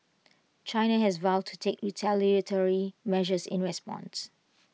China has vowed to take retaliatory measures in responses